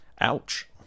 Ouch